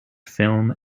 film